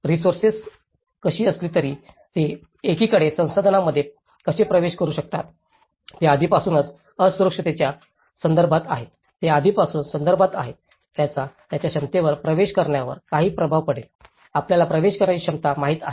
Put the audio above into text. resources कशीही असली तरीही ते एकीकडे संसाधनांमध्ये कसे प्रवेश करू शकतात ते आधीपासूनच असुरक्षिततेच्या संदर्भात आहेत ते आधीपासूनच संदर्भात आहेत ज्याचा त्यांच्या क्षमतेवर प्रवेश करण्यावर काही प्रभाव पडेल आपल्याला प्रवेश करण्याची क्षमता माहित आहे